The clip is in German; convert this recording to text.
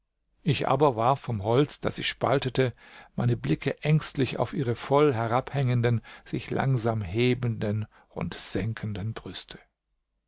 ich aber warf vom holz das ich spaltete meine blicke ängstlich auf ihre voll herabhängenden sich langsam hebenden und senkenden brüste